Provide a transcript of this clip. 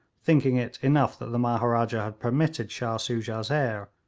thinking it enough that the maharaja had permitted shah soojah's heir,